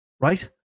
Right